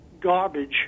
garbage